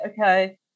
okay